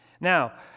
Now